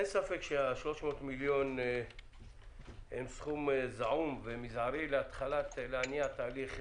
אין ספק ש-300 המיליון הם סכום זעום ומזערי להניע תהליך,